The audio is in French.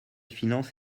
finances